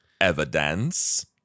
evidence